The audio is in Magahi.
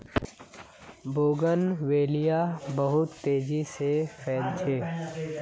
बोगनवेलिया बहुत तेजी स फैल छेक